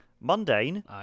mundane